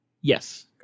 Yes